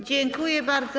Dziękuję bardzo.